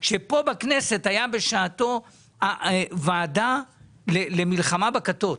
שכאן בכנסת בשעתו הייתה ועדה למלחמה בכתות,